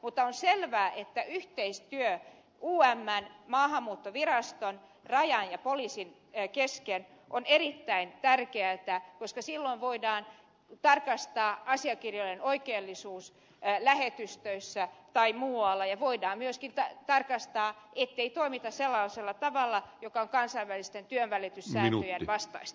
mutta on selvää että yhteistyö umn maahanmuuttoviraston rajavartiolaitoksen ja poliisin kesken on erittäin tärkeätä koska silloin voidaan tarkastaa asiakirjojen oikeellisuus lähetystöissä tai muualla ja voidaan myöskin tarkastaa ettei toimita sellaisella tavalla joka on kansainvälisten työnvälityssääntöjen vastaista